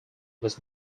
was